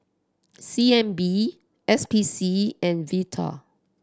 C N B S P C and Vital